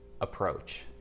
approach